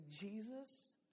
Jesus